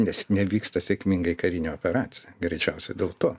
nes nevyksta sėkmingai karinė operacija greičiausia dėl to